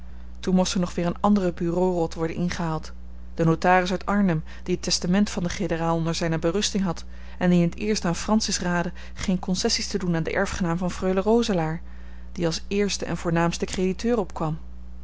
toen moest er nog weer een andere bureaurot worden ingehaald de notaris uit arnhem die het testament van den generaal onder zijne berusting had en die in t eerst aan francis raadde geene concessies te doen aan den erfgenaam van freule roselaer die als eerste en voornaamste crediteur opkwam